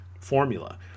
formula